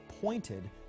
pointed